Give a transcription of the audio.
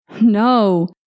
No